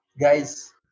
guys